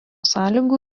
sąlygų